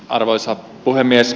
arvoisa puhemies